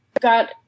got